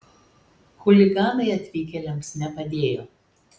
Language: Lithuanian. chuliganai atvykėliams nepadėjo